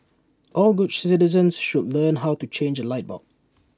all good citizens should learn how to change A light bulb